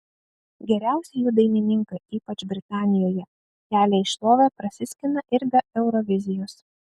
geriausi jų dainininkai ypač britanijoje kelią į šlovę prasiskina ir be eurovizijos